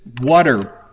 water